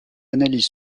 analyses